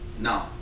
no